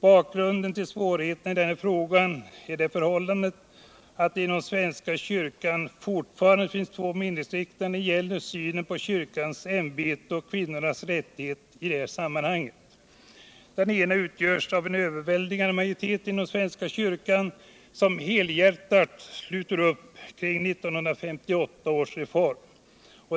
Bakgrunden till svårigheterna i den här frågan är det förhållandet att det «nom den svenska kyrkan fortfarande finns två meningsriktningar när det gäller synen på kyrkans ämbete och kvinnornas rättigheter i detta sammanhang. Den ena företräds av en överväldigande majoritet inom svenska kyrkan som helhjärtat sluter upp kring 1958 års reform.